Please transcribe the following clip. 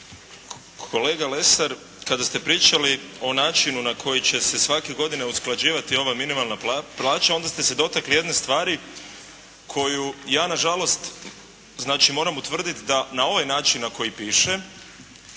Kolega Lesar kada ste pričali o načinu na koji će se svake godine usklađivati ova minimalna plaća onda ste se dotakli jedne stvari koju ja nažalost znači moram utvrditi da na ovaj način na koji piše